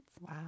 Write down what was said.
Wow